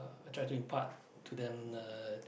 I try to impart to them the